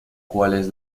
cuales